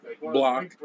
block